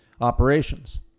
operations